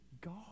God